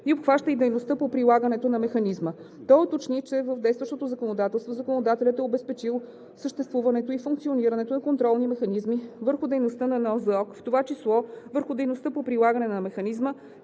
и обхваща и дейността по прилагането на механизма. Той уточни, че в действащото законодателство законодателят е обезпечил съществуването и функционирането на контролни механизми върху дейността на НЗОК, в това число върху дейността по прилагане на механизма,